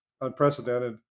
unprecedented